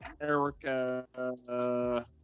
Erica